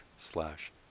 slash